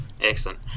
Excellent